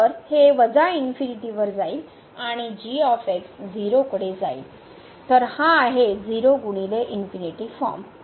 तर हे ∞ वर जाईल आणि g 0 कडे जाईल तर हा आहे फॉर्म